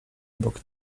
obok